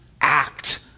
act